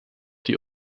die